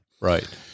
right